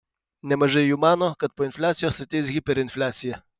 nemažai jų mano kad po infliacijos ateis hiperinfliacija